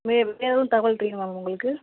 வேறு வேறு எதுவும் தகவல் தெரியணுமா மேம் உங்களுக்கு